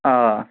آ